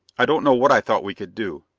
i don't know what i thought we could do.